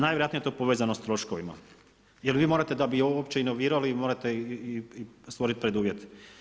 Najvjerojatnije je to povezano s troškovima, jer vi morate da bi uopće inovirali, vi morate stvoriti preduvjete.